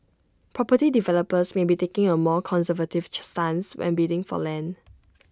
property developers may be taking A more conservative stance when bidding for land